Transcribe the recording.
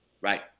right